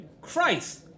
Christ